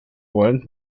wollen